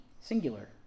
singular